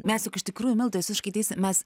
mes juk iš tikrųjų visiškai teisi mes